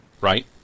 Right